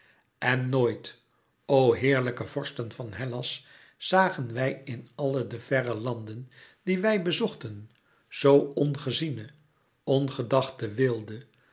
en nooit o heerlijke vorsten van hellas zagen wij in alle de verre landen die wij bezochten zoo ongeziene ongedachte weelde